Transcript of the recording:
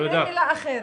אין מילה אחרת.